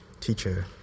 Teacher